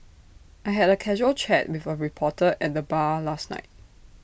I had A casual chat with A reporter at the bar last night